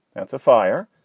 that's a fire.